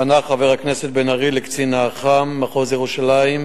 פנה חבר הכנסת בן-ארי אל קצין אח"מ מחוז ירושלים,